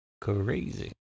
Crazy